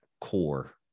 core